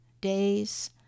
days